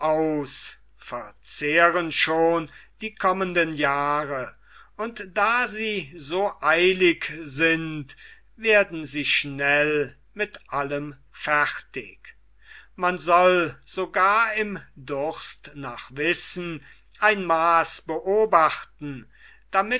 verzehren schon die kommenden jahre und da sie so eilig sind werden sie schnell mit allem fertig man soll sogar im durst nach wissen ein maaß beobachten damit